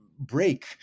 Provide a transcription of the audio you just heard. break